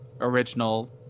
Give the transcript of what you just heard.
original